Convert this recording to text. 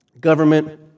Government